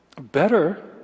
better